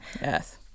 Yes